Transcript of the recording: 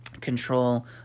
control